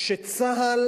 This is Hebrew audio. שצה"ל